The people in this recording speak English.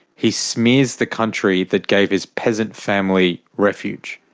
he smears the country that gave his peasant family refuge.